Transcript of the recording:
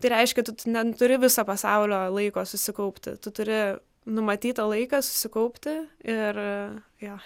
tai reiškia tu neturi viso pasaulio laiko susikaupti tu turi numatytą laiką susikaupti ir jo